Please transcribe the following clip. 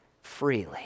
freely